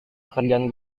pekerjaan